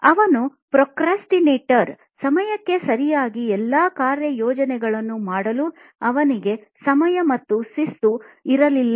ಅವನು ಪ್ರೊಕ್ರಾಸ್ಟಿನೇಟರ್ ಸಮಯಕ್ಕೆ ಸರಿಯಾಗಿ ಎಲ್ಲಾ ಕಾರ್ಯಯೋಜನೆಗಳನ್ನು ಮಾಡಲು ಅವನಿಗೆ ಸಮಯ ಅಥವಾ ಶಿಸ್ತು ಇರಲಿಲ್ಲ